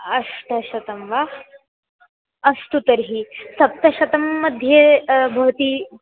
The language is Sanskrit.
अष्टशतं वा अस्तु तर्हि सप्तशतं मध्ये भवति